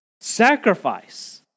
sacrifice